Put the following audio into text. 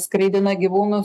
skraidina gyvūnus